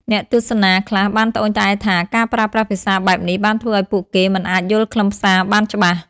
អ្នកទស្សនាខ្លះបានត្អូញត្អែរថា ការប្រើប្រាស់ភាសាបែបនេះបានធ្វើឱ្យពួកគេមិនអាចយល់ខ្លឹមសារបានច្បាស់។